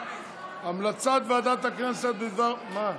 המלצת ועדת הכנסת בדבר, רגע,